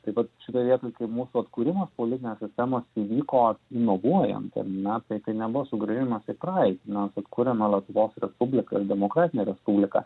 taip pat šitoj vietoj kai mūsų atkūrimas politinės sistemos įvyko inovuojant ar ne tai tai nebuvo sugrąžinimas į praeitį mes atkurėme lietuvos respubliką ir demokratinę respubliką